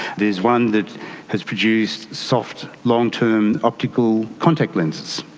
there's one that has produced soft long-term optical contact lenses,